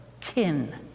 kin